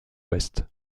ouest